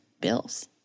bills